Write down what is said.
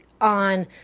On